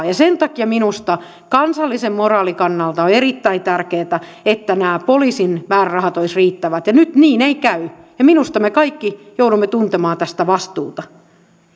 ja sen takia minusta kansallisen moraalin kannalta on erittäin tärkeätä että nämä poliisin määrärahat olisivat riittävät ja nyt niin ei käy minusta me kaikki joudumme tuntemaan tästä vastuuta